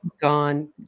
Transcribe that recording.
Gone